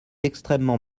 extrêmement